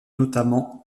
notamment